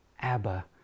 Abba